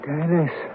Dennis